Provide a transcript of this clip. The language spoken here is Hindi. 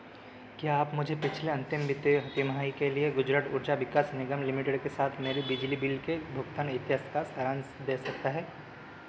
क्या आप मुझे पिछले अंतिम वित्तीय तिमाही के लिए गुजरट उर्जा विकास निगम लिमिटेड के साथ मेरे बिजली बिल के भुगतान इतिहास का सारांश दे सकता है